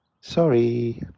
Sorry